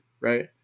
Right